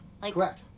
Correct